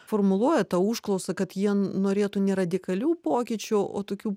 formuluoja tą užklausą kad jie norėtų ne radikalių pokyčių o tokių